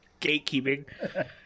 Gatekeeping